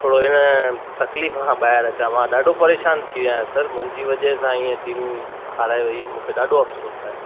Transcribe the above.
थोरो इन तक़लीफ खां ॿाहिरि अचां मां ॾाढो परेशानु थी वियो आहियां सर मुंहिंजी वजह सां ईअं टीम हाराए वई मूंखे ॾाढो अफ़सोसु आहे